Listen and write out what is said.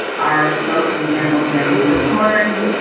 are soaps and candles and everything? of course.